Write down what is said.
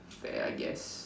fair I guess